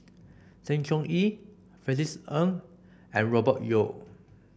Sng Choon Yee Francis Ng and Robert Yeo